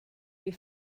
you